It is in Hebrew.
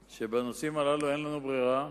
בנושאים הללו אין לנו ברירה.